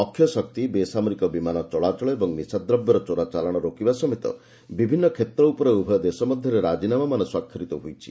ଅକ୍ଷୟଶକ୍ତି ବେସାମରିକ ବିମାନ ଚଳାଚଳ ଏବଂ ନିଶାଦ୍ରବ୍ୟର ଚୋରା ଚାଲାଣ ରୋକିବା ସମେତ ବିଭିନ୍ନ କ୍ଷେତ୍ର ଉପରେ ଉଭୟ ଦେଶ ମଧ୍ୟରେ ରାଜିନାମାମାନ ସ୍ୱାକ୍ଷରିତ ହୋଇଛି